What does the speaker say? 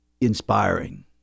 inspiring